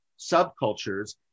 subcultures